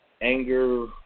anger